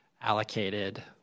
allocated